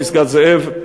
פסגת-זאב,